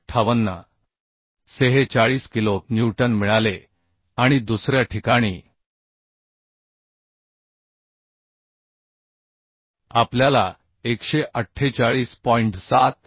46 kilo newton मिळाले आणि दुसऱ्या ठिकाणी आपल्याला 148